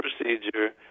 procedure